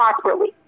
properly